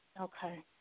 Okay